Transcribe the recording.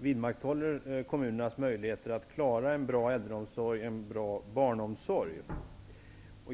vidmakthåller kommunernas möjligheter att klara en bra äldreomsorg och barnomsorg.